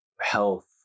health